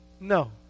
No